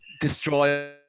destroy